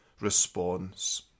response